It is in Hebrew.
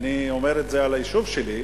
ואני אומר את זה על היישוב שלי,